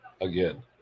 Again